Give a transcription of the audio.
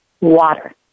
water